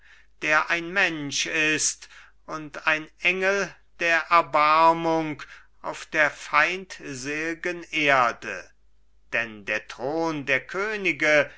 der ein mensch ist und ein engel der erbarmung auf der feindselgen erde denn der thron der könige